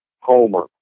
Homer